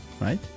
right